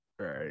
right